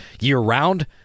year-round